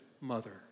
mother